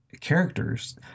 characters